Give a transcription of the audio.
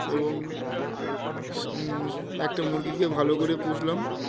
এবং একটা মুরগিকে ভালো করে পুষলাম